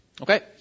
Okay